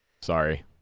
Sorry